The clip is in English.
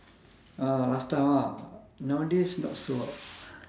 ah last time ah nowadays not so ah